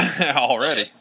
already